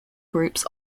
groups